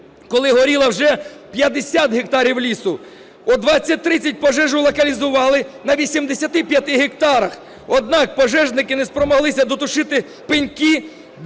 коли горіло вже 50 гектарів лісу. О 20:30 пожежу локалізували на 85 гектарах, однак пожежники не спромоглися дотушити пеньки